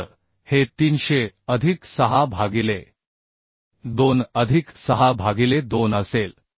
तर हे 300 अधिक 6 भागिले 2 अधिक 6 भागिले 2 असेल